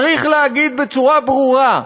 צריך להגיד בצורה ברורה: